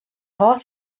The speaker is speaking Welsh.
holl